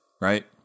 right